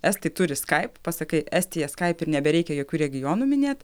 estai turi skype pasakai estija skype ir nebereikia jokių regionų minėt